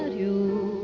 you,